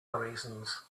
reasons